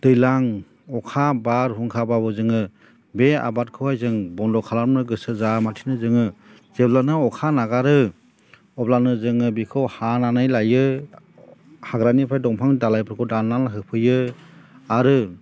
दैज्लां अखा बारहुंखाबाबो जोङो बे आबादखौहाय जों बन्द' खालामनो गोसो जाया लासिनो जोङो जेब्लानो अखा नागारो अब्लानो जोङो बेखौ हानानै लायो हाग्रानिफ्राय दंफांनि दालाइफोरखौ दाननानै होफैयो आरो